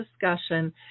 discussion